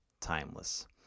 timeless